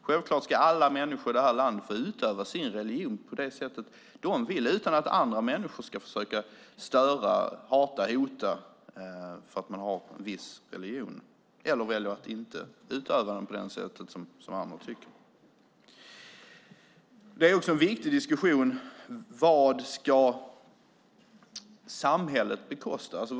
Självklart ska alla människor i det här landet få utöva sin religion på det sätt de vill utan att störas av andra människor som hatar och hotar dem för att de har en viss religion - eller väljer att inte utöva den på det sätt som andra tycker är rätt. Vad samhället ska bekosta är också en viktig diskussion.